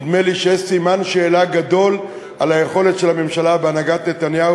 נדמה לי שיש סימן שאלה גדול על היכולת של הממשלה בהנהגת נתניהו,